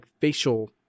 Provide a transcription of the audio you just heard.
facial